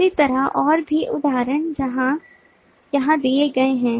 इसी तरह और भी उदाहरण यहाँ दिए गए हैं